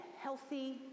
healthy